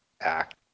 act